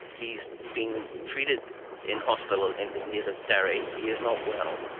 he is being treated in hospital in his native derry, he is not well.